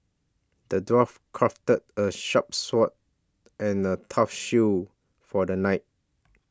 the dwarf crafted a sharp sword and a tough shield for the knight